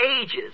ages